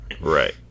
right